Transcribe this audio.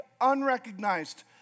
unrecognized